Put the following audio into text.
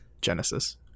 Genesis